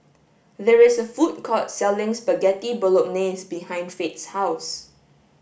there is a food court selling Spaghetti Bolognese behind Fate's house